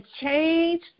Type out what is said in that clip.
change